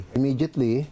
immediately